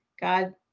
God